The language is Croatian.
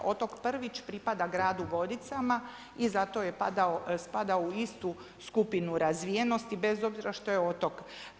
Otok Prvić pripada gradu Vodicama i zato je spadao u istu skupinu razvijenosti bez obzira što je otok.